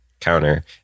counter